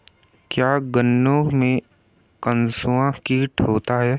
क्या गन्नों में कंसुआ कीट होता है?